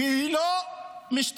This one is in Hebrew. והיא לא משתייכת